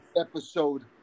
Episode